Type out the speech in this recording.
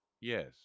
Yes